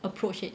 approach it